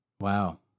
Wow